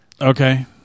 Okay